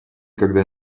когда